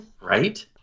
Right